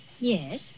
Yes